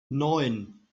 neun